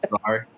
sorry